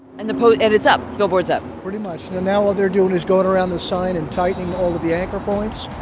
and the and it's up? billboard's up? pretty much. now all they're doing is going around the sign and typing all of the anchor points.